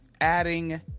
adding